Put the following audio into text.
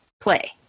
play